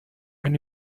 when